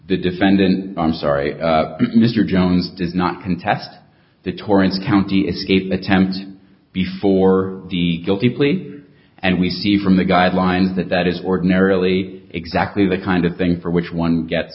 the defendant i'm sorry mr jones did not contest the torrent county escape attempt before the guilty plea and we see from the guidelines that that is ordinarily exactly the kind of thing for which one get